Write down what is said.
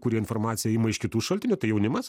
kurie informaciją ima iš kitų šaltinių tai jaunimas